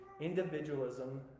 individualism